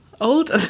Old